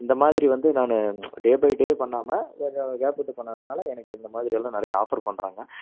இந்தமாதிரி வந்து நான் டே பை டே பண்ணாமல் கொஞ்சம் கேப் விட்டு பண்ணதனால எனக்கு இந்தமாதிரி எல்லாம் நிறைய ஆஃபர் பண்ணுறாங்க